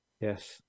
Yes